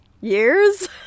years